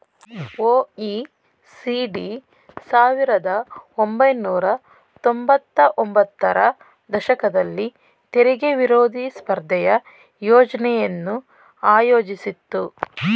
OECD ಸಾವಿರದ ಒಂಬೈನೂರ ತೊಂಬತ್ತ ಒಂಬತ್ತರ ದಶಕದಲ್ಲಿ ತೆರಿಗೆ ವಿರೋಧಿ ಸ್ಪರ್ಧೆಯ ಯೋಜ್ನೆಯನ್ನು ಆಯೋಜಿಸಿತ್ತು